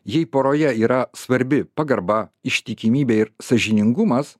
jei poroje yra svarbi pagarba ištikimybė ir sąžiningumas